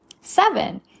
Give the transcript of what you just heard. Seven